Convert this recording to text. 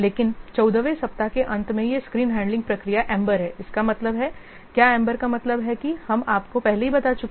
लेकिन 14 वें सप्ताह के अंत में यह स्क्रीन हैंडलिंग प्रक्रिया एम्बर है इसका मतलब है क्या एम्बर का मतलब है कि हम आपको पहले ही बता चुके हैं